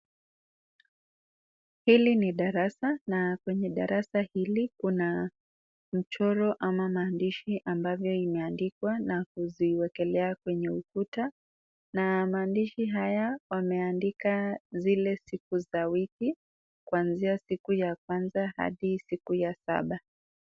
Hili ni darasa na kwenye darasa hii kuna mchoro ama maandishi ambavyo imeandikwa na kuziwekelea kwenye ukuta na maandishi haya wameandika zile siku za wiki kuanzia siku ya kwanza hadi siku ya saba.